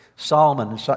Solomon